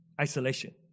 Isolation